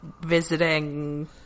visiting